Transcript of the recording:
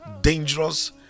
dangerous